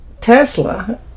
Tesla